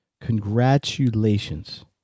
Congratulations